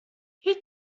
هیچ